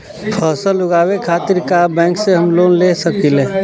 फसल उगावे खतिर का बैंक से हम लोन ले सकीला?